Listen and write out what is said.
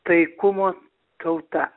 taikumo tauta